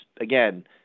again